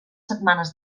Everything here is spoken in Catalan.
setmanes